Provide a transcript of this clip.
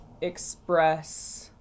express